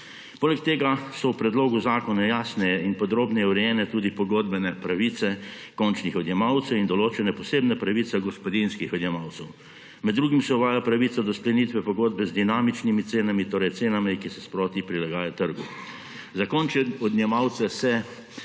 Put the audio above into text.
Poleg tega so v predlogu zakona jasne in podrobneje urejene tudi pogodbene pravice končnih odjemalcev in določene posebne pravice gospodinjskih odjemalcev. Med drugim se uvaja pravica do sklenitve pogodbe z dinamičnimi cenami, torej cenami, ki se sproti prilagajajo trgu. Za končne odjemalce se